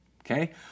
Okay